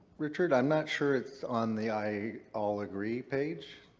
richard. i'm not sure it's on the i all agree page.